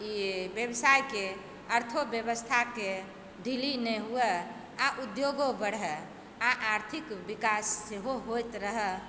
ई व्यवसायके अर्थोव्यव्स्थाके डीले नहि हुय आ उद्योगो बढ़य आ आर्थिक विकास सेहो होयत रहय